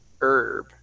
Herb